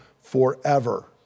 forever